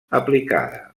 aplicada